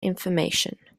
information